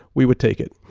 we would take it.